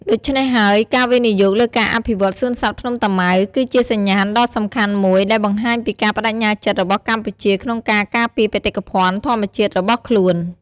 ដូច្នេះហើយ ការវិនិយោគលើការអភិវឌ្ឍន៍សួនសត្វភ្នំតាម៉ៅ គឺជាសញ្ញាណដ៏សំខាន់មួយដែលបង្ហាញពីការប្តេជ្ញាចិត្តរបស់កម្ពុជាក្នុងការការពារបេតិកភណ្ឌធម្មជាតិរបស់ខ្លួន។